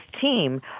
team